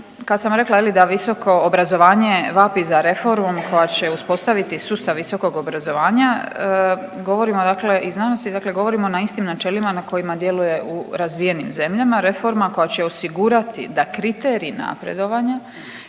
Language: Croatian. Kad sam rekla je li da visoko obrazovanje vapi za reformom koja će uspostaviti sustav visokog obrazovanja govorimo dakle, i znanosti, dakle govorimo na istim načelima na kojima djeluje u razvijenim zemljama, reforma koja će osigurati da kriteriji napredovanja,